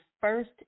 first